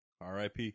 RIP